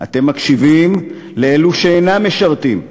אתם מקשיבים לאלו שאינם משרתים.